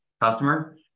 customer